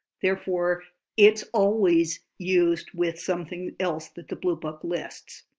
therefore it's always used with something else that the bluebook lists.